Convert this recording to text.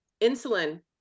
insulin